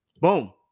Boom